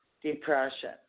depression